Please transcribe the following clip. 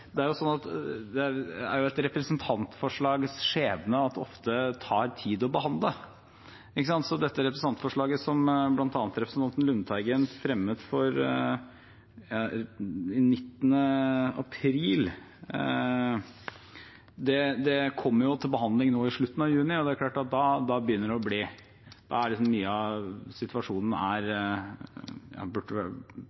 det er et representantforslags skjebne at det ofte tar tid å behandle. Så dette representantforslaget, som bl.a. representanten Lundteigen fremmet den 8. april, kom først til behandling nå i slutten av juni, og det er klart at da er mye av situasjonen i hvert fall blitt mer prekær. Det som er mitt poeng med denne mumlende fremstillingen, er